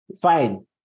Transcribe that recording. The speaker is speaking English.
fine